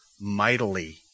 mightily